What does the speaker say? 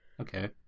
Okay